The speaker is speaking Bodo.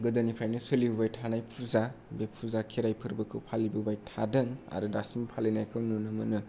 गोदोनिफ्रायनो सोलिबोबाय थानाय फुजा बे फुजा खेराइ फोरबोखौ फालिबोबाय थादों आरो दासिमबो फालिनायखौ नुनो मोनो